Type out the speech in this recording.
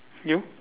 you